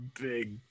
big